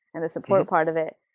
and the support part of it.